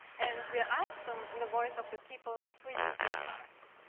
and we'll ask them in the voice of the people who use your products.